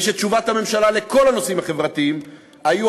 ותשובות הממשלה בכל הנושאים החברתיים היו,